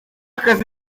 akazi